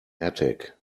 attic